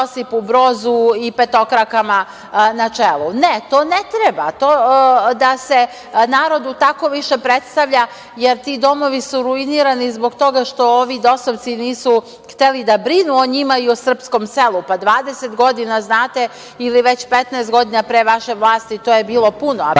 to ne treba da se narodu tako više predstavlja, jer ti domovi su ruinirani zbog toga što ovi dosovci nisu hteli da brinu o njima i o srpskom selu. Dvadeset godina, znate, ili već petnaest godina pre vaše vlasti, to je bilo puno,